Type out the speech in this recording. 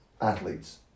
athletes